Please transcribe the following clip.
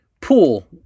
pool